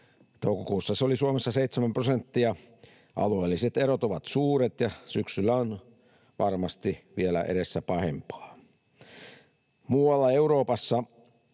Toukokuussa se oli Suomessa seitsemän prosenttia. Alueelliset erot ovat suuret, ja syksyllä on vielä varmasti edessä pahempaa. Muualla Euroopassa